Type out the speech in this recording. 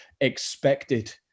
expected